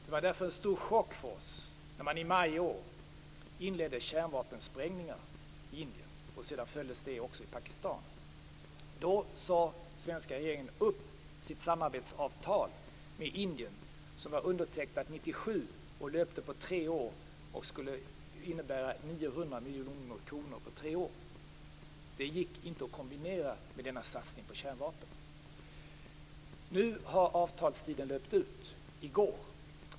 Det var därför en stor chock för oss när man i maj i år inledde kärnvapensprängningar i Indien, vilket sedan också följdes i Pakistan. Då sade svenska regeringen upp sitt samarbetsavtal med Indien, som var undertecknat 1997 och löpte på tre år. Det skulle ha inneburit 900 miljoner kronor på tre år. Det gick inte att kombinera med denna satsning på kärnvapen. I går löpte avtalstiden ut.